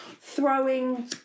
throwing